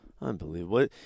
Unbelievable